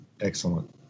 excellent